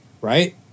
Right